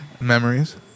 memories